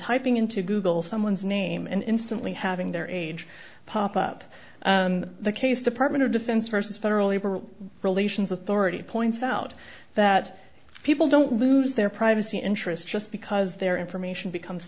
typing into google someone's name and instantly having their age pop up in the case department of defense versus federal labor relations authority points out that people don't lose their privacy interests just because their information becomes